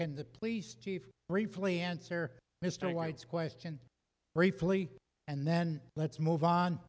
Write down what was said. and the police chief briefly answer mr white's question briefly and then let's move on